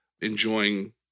enjoying